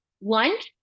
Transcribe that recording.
lunch